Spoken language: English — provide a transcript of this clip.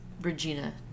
Regina